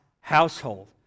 household